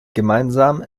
gemeinsam